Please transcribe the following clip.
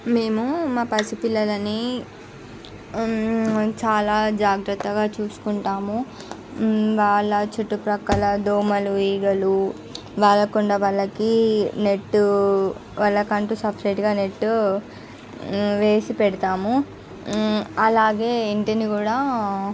మేము మా పసిపిల్లలని చాలా జాగ్రత్తగా చూసుకుంటాము వాళ్ళ చుట్టు ప్రక్కల దోమలు ఈగలు వాలకుండా వాళ్ళకి నెట్టు వాళ్ళకంటూ సపరేట్గా నెట్టు వేసి పెడతాము అలాగే ఇంటిని కూడా